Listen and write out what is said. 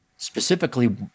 specifically